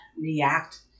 react